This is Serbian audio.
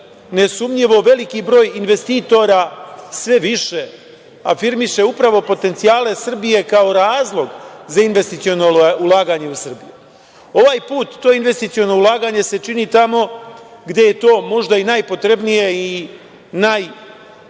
nesumnjivo veliki broj investitora sve više afirmiše upravo potencijale Srbije kao razlog za investiciono ulaganje u Srbiju. Ovaj put to investiciono ulaganje se čini tamo gde je to možda i najpotrebnije i najkorisnije